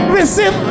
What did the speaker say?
Receive